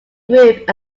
group